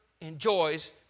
enjoys